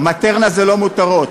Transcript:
"מטרנה" זה לא מותרות,